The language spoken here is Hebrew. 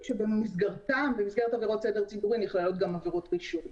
נמצאת אתנו ב-זום היועצת